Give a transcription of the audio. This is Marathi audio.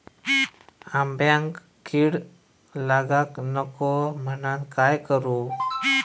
आंब्यक कीड लागाक नको म्हनान काय करू?